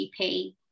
GP